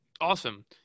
Awesome